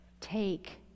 Take